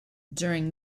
during